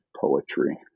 poetry